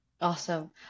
Awesome